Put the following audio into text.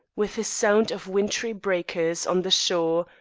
with a sound of wintry breakers on the shore,